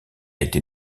été